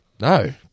No